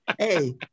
Hey